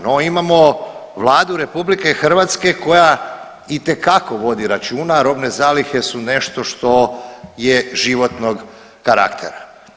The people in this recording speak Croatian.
No imamo Vladu RH koja itekako vodi računa, robne zalihe su nešto što je životnog karaktera.